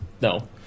No